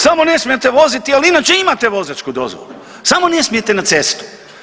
Samo ne smijete voziti, ali inače imate vozačku dozvolu, samo ne smijete na cestu.